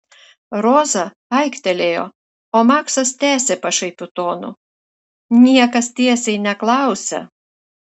roza aiktelėjo o maksas tęsė pašaipiu tonu niekas tiesiai neklausia